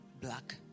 black